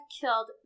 killed